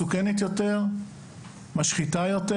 מסוכנת יותר ומשחיתה יותר?